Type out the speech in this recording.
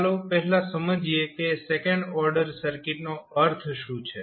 ચાલો પહેલા સમજીએ કે સેકન્ડ ઓર્ડર સર્કિટનો અર્થ શું છે